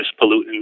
pollutants